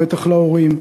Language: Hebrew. ובטח להורים,